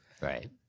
Right